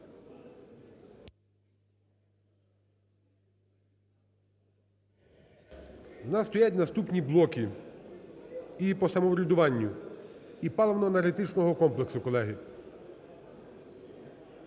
У нас стоять наступні блоки: і по самоврядуванню, і паливно-енергетичного комплексу, колеги.